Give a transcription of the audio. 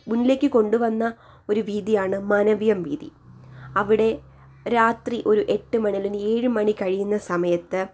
മുന്നിലേക്ക് കൊണ്ടുവന്ന ഒരു വീഥിയാണ് മാനവീയം വീഥി അവിടെ രാത്രി ഒരു എട്ടു മണി ഏഴു മണി കഴിയുന്ന സമയത്ത്